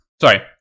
sorry